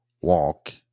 walk